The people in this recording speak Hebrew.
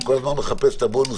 אני כל הזמן מחפש את הבונוס.